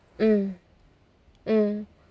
mm mm